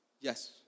Yes